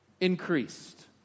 increased